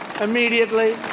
immediately